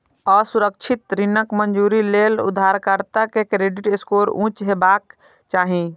असुरक्षित ऋणक मंजूरी लेल उधारकर्ता के क्रेडिट स्कोर उच्च हेबाक चाही